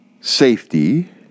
safety